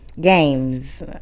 games